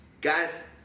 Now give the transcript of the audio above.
Guys